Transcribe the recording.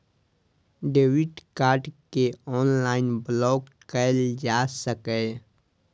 debit card कें online block कैल जा सकैए